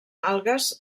algues